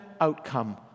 outcome